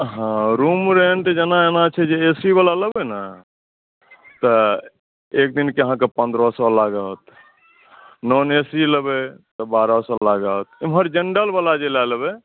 हँ room rent जेना छै जे एसी वाला लेबै ने तऽ एकदिन के अहाँकेॅं पन्द्रह सए लागत नॉन ए सी लेबै तऽ बारह सए लागत एमहर जनरल वाला जे लए लेबै